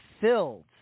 filled